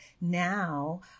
Now